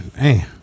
man